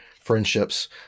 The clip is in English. friendships